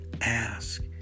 ask